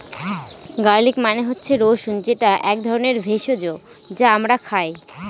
garlic মানে হচ্ছে রসুন যেটা এক ধরনের ভেষজ যা আমরা খাই